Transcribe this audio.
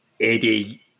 Eddie